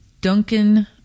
Duncan